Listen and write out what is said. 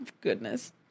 Goodness